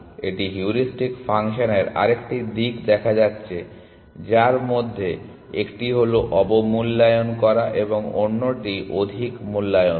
এটি হিউরিস্টিক ফাংশনের আরেকটি দিক দেখা যাচ্ছে যার মধ্যে একটি হল অবমূল্যায়ন করা এবং অন্যটি অধিক মূল্যায়ন করা